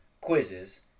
quizzes